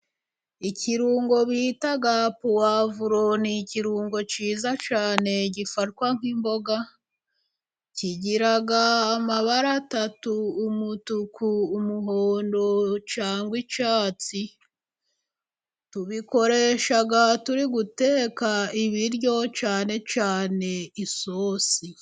Ikirungo bita puwavuro ni ikirungo cyiza cyane gifatwa nkimboga, kigira amabara atatu, umutuku, umuhondo cyangwa icyatsi, tubikoresha turi guteka ibiryo, cyane cyane isosi.